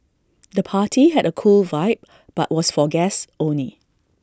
the party had A cool vibe but was for guests only